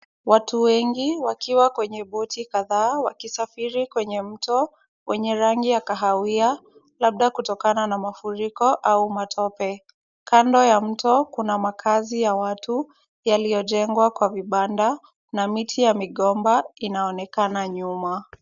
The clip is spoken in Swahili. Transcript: Watu wengi wakiwa kwenye boti kadhaa wakisafiri kwenye mto wenye rangi ya kahawia, labda kutokana na mafuriko au matope. Kando ya mto kuna makazi ya watu yaliyojengwa kwa vibanda na miti ya migomba inaonekana nyuma.